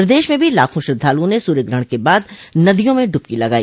प्रदेश में भी लाखों श्रद्वालुओं ने सूर्यग्रहण के बाद नदियों में डुबकी लगाई